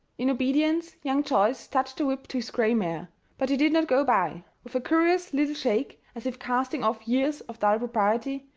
in obedience, young joyce touched the whip to his gray mare but he did not go by. with a curious little shake, as if casting off years of dull propriety,